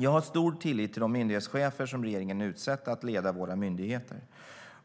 Jag har stor tillit till de myndighetschefer som regeringen har utsett att leda våra myndigheter,